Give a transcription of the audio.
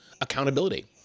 accountability